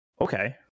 Okay